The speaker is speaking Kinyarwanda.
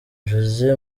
jose